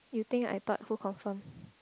you think I thought who confirm